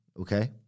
okay